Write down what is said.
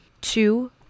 two